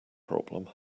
problem